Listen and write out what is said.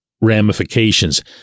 ramifications